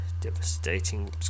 Devastating